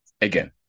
again